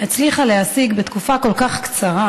הצליחה להשיג בתקופה כל כך קצרה,